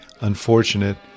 unfortunate